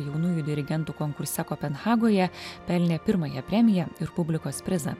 jaunųjų dirigentų konkurse kopenhagoje pelnė pirmąją premiją ir publikos prizą